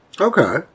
Okay